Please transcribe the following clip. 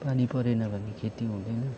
पानी परेन भने खेती हुँदैन